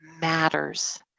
matters